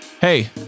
Hey